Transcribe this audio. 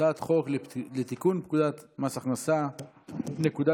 הצעת חוק לתיקון פקודת מס הכנסה (נקודת